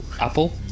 apple